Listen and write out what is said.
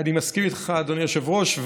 אני מסכים איתך, אדוני היושב-ראש.